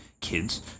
kids